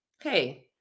hey